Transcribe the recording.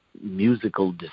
musical